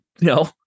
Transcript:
No